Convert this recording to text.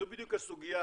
זו בדיוק הסוגיה,